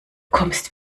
kommst